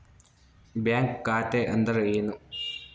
Bank ಖಾತೆ ಅಂದರೆ ಏನು?